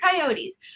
Coyotes